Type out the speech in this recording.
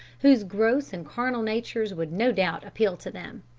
whose gross and carnal natures would no doubt appeal to them.